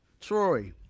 Troy